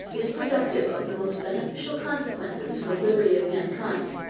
is productive of the most beneficial consequences to the liberty of mankind.